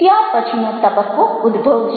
ત્યાર પછીનો તબક્કો ઉદ્ભવ છે